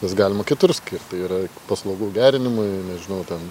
jas galima kitur skirt tai yra paslaugų gerinimui nežinau ten